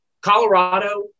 Colorado